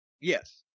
Yes